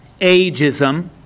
ageism